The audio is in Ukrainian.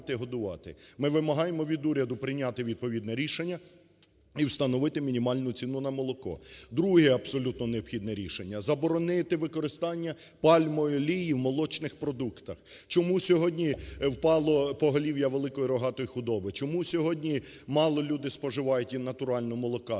Ми вимагаємо від уряду прийняти відповідне рішення і встановити мінімальну ціну на молоко. Друге, абсолютно необхідне рішення, заборонити використання пальмової олії в молочних продуктах. Чому сьогодні впало поголів'я великої рогатої худоби? Чому сьогодні мало люди споживають натурального молока?